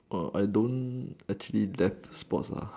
orh I don't actually that sports lah